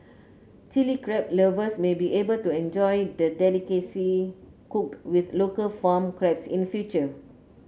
Chilli Crab lovers may be able to enjoy the delicacy cooked with local farmed crabs in future